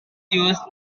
duets